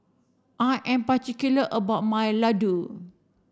I am particular about my Laddu